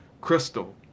crystal